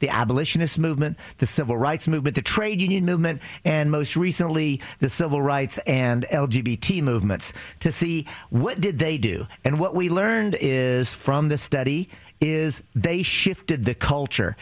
movement the civil rights movement the trade union movement and most recently the civil rights and l g b t movements to see what did they do and what we learned is from this study is they shifted the culture